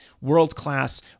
world-class